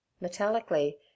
metallically